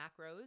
macros